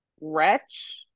Wretch